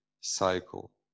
cycle